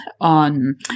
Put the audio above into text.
on